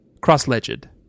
cross-legged